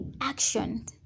action